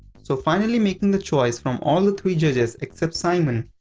so, finally making the choice from all the three judges except simon,